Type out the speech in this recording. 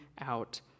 out